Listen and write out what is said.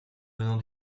venant